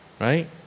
Right